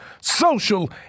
social